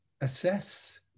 assess